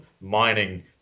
mining